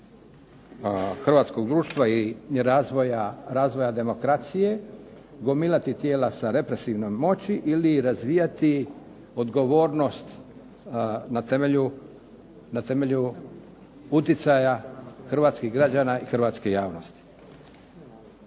Hrvatskog društva i razvoja demokracije gomilati tijela sa represivnom moći ili razvijati odgovornost na temelju utjecaja Hrvatskih građana i Hrvatske javnosti.